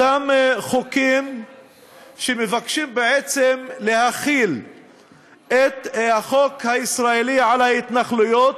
אותם חוקים שמבקשים בעצם להחיל את החוק הישראלי על ההתנחלויות,